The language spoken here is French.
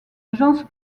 agence